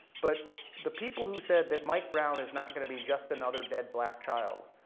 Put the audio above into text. but the people who said that mike brown is not going to be just another dead, black child,